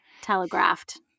telegraphed